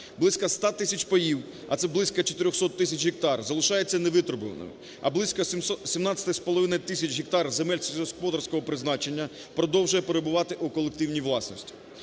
Близько ста тисяч паїв, а це близько 400 тисяч гектар залишається не витребуваними, а близько 17,5 тисяч гектар земель сільськогосподарського призначення продовжує перебувати колективній власності.